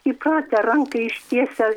įpratę ranką ištiesę